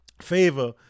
favor